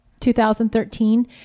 2013